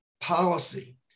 policy